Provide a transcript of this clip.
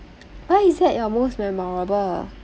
why is that your most memorable